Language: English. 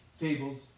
tables